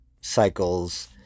cycles